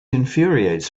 infuriates